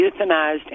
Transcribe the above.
euthanized